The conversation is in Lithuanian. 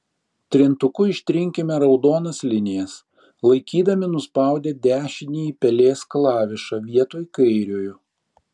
trintuku ištrinkime raudonas linijas laikydami nuspaudę dešinįjį pelės klavišą vietoj kairiojo